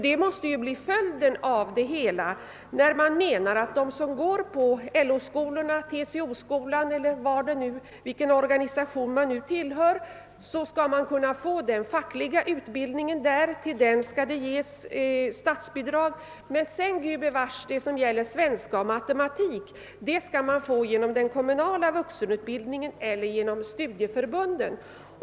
Det måste nämligen bli följden av det hela när man menar att de, som går på LO-skolorna, TCO skolan eller över huvud taget skolor inom den organisation de tillhör, skall kunna få endast den fackliga utbildningen där. Till den skall det ges statsbidrag, men undervisning i svenska och matematik skall man gudbevars få genom den kommunala vuxenutbildningen eller genom studieförbunden.